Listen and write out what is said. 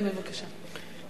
כן, בבקשה.